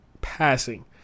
passing